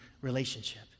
relationship